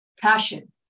Passion